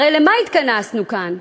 הרי למה התכנסנו כאן?